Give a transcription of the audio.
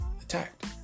attacked